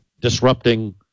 disrupting